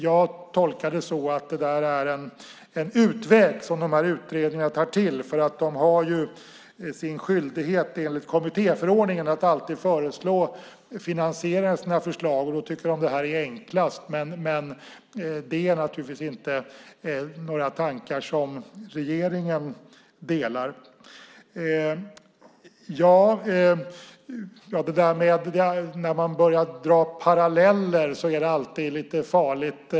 Jag tolkar detta som en utväg som utredningarna tar till, för de har ju sin skyldighet enligt kommittéförordningen att alltid föreslå finansiering av sina förslag, och då tycker de att det här är enklast. Det är naturligtvis inte några tankar som regeringen delar. Det är alltid lite farligt att dra paralleller.